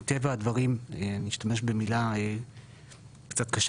מטבע הדברים נשתמש במילה קצת קשה